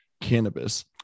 cannabis